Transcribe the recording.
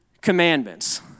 commandments